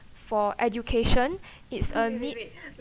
for education it's a need